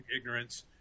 ignorance